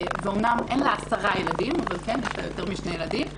ואמנם אין לה עשרה ילדים אבל יש לה יותר משני ילדים,